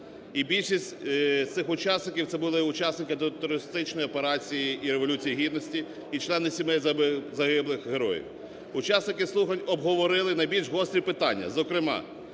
більшість з цих учасників це були учасники антитерористичної операції і Революції Гідності, і члени сімей загиблих героїв. Учасники слухань обговорили найбільш гострі питання. Зокрема,